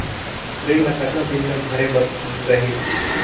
ऋण ला कतना दिन मा भरे बर रही?